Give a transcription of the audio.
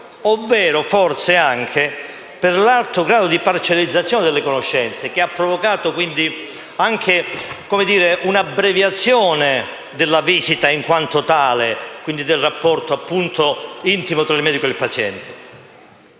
medico forse per l'alto grado di parcellizzazione delle conoscenze, che ha provocato anche un'abbreviazione della visita in quanto tale e, quindi del rapporto intimo tra il medico e il paziente.